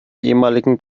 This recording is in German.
ehemaligen